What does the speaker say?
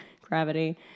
Gravity